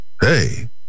Hey